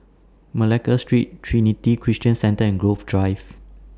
Malacca Street Trinity Christian Centre and Grove Drive